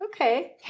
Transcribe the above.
Okay